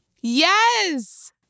Yes